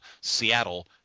Seattle